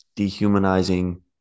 Dehumanizing